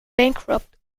bankrupt